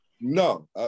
no